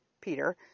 Peter